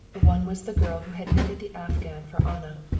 one was the girl who had knitted the afghan for anna,